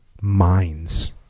minds